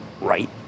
right